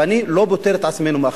ואני לא פוטר את עצמנו מאחריות.